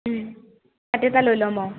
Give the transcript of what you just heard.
ছাতি এটা লৈ ল'ম অঁ